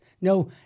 no